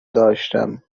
داشتم